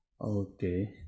Okay